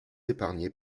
épargné